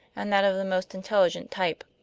and that of the most intelligent type.